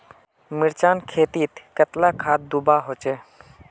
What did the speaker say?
मिर्चान खेतीत कतला खाद दूबा होचे?